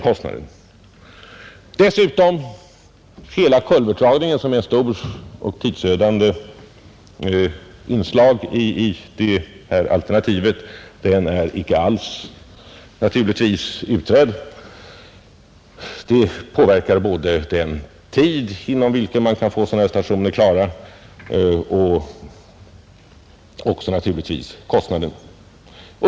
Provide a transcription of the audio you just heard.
Jämförelsen haltar således betänkligt. Dessutom är naturligtvis hela frågan om kulvertdragningen, som är ett stort och tidsödande inslag i det nya alternativet, icke alls utredd. Den påverkar både den tid, inom vilken man kan få sådana här stationer klara, och naturligtvis även kostnaden.